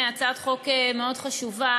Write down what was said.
הצעת חוק מאוד חשובה.